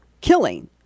killing